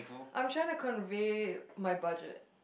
I'm trying to convey my budget